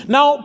Now